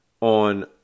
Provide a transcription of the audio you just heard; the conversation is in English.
on